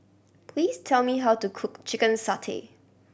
please tell me how to cook chicken satay